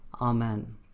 Amen